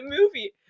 movie